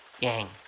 Yang